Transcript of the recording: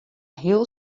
heel